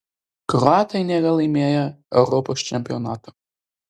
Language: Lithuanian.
kroatai nėra laimėję europos čempionato